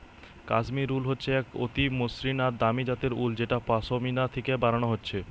কাশ্মীর উল হচ্ছে এক অতি মসৃণ আর দামি জাতের উল যেটা পশমিনা থিকে বানানা হচ্ছে